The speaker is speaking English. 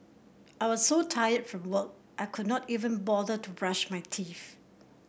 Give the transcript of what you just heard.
I was so tired from work I could not even bother to brush my teeth